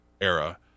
era